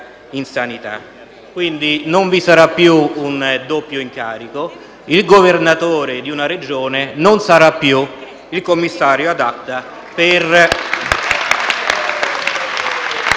in sanità, quindi non vi sarà più un doppio incarico e il Governatore di una Regione non sarà più il commissario *ad acta* per